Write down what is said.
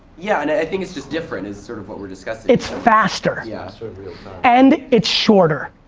yeah, and i think it's just different, it's sort of what we're discussing. it's faster. yeah sort of and it's shorter.